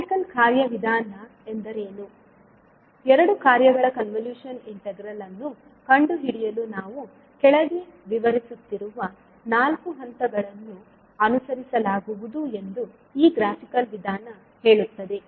graphical ಕಾರ್ಯವಿಧಾನ ಎಂದರೇನು ಎರಡು ಕಾರ್ಯಗಳ ಕನ್ವಲೂಶನ್ ಇಂಟಿಗ್ರಲ್ ಅನ್ನು ಕಂಡುಹಿಡಿಯಲು ನಾವು ಕೆಳಗೆ ವಿವರಿಸುತ್ತಿರುವ ನಾಲ್ಕು ಹಂತಗಳನ್ನು ಅನುಸರಿಸಲಾಗುವುದು ಎಂದು ಈ ಗ್ರಾಫಿಕಲ್ ವಿಧಾನ ಹೇಳುತ್ತದೆ